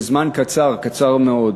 זה זמן קצר, קצר מאוד.